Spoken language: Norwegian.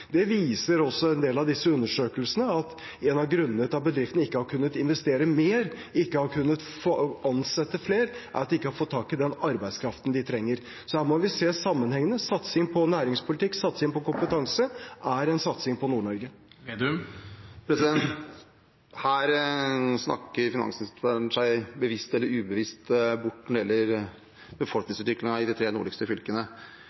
Det viser også en del av disse undersøkelsene, at en av grunnene til at bedriftene ikke har kunnet investere mer, ikke har kunnet ansette flere, er at de ikke har fått tak i den arbeidskraften de trenger. Her må vi se sammenhengene. Satsing på næringspolitikk, satsing på kompetanse er en satsing på Nord-Norge. Her snakker finansministeren seg bevisst eller ubevisst bort når det gjelder befolkningsutviklingen i de tre nordligste fylkene.